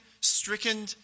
stricken